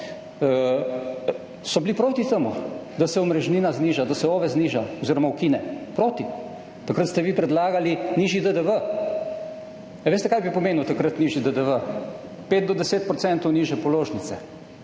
so bili proti temu, da se omrežnina zniža, da se OVE zniža oziroma ukine. Proti. Takrat ste vi predlagali nižji DDV. Veste, kaj bi pomenil takrat nižji DDV? 5 do 10 % nižje položnice.